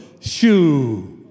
shoo